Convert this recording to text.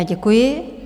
Děkuji.